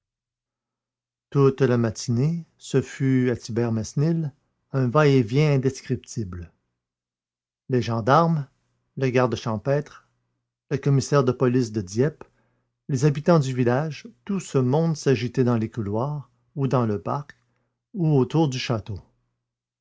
toute la matinée ce fut à thibermesnil un va-et-vient indescriptible les gendarmes le garde champêtre le commissaire de police de dieppe les habitants du village tout ce monde s'agitait dans les couloirs ou dans le parc ou autour du château